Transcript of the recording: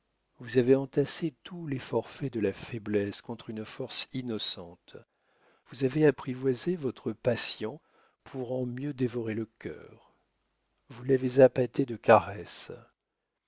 vous avez entassé tous les forfaits de la faiblesse contre une force innocente vous avez apprivoisé le cœur de votre patient pour en mieux dévorer le cœur vous l'avez appâté de caresses